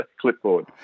clipboard